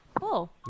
Cool